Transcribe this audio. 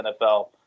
NFL